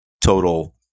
total